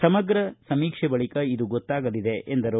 ಸಮಗ್ರ ಸಮೀಕ್ಷೆ ಬಳಿಕ ಇದು ಗೊತ್ತಾಗಲಿದೆ ಎಂದರು